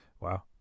Wow